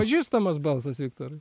pažįstamas balsas viktorai